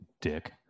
dick